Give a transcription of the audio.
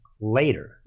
later